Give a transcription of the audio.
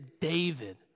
David